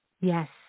Yes